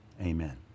amen